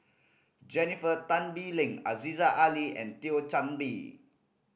Jennifer Tan Bee Leng Aziza Ali and Thio Chan Bee